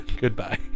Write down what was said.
Goodbye